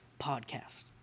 podcast